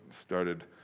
started